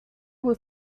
will